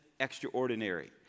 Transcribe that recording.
Extraordinary